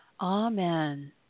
Amen